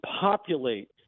populate